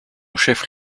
chef